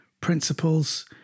principles